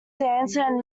dancer